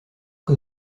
que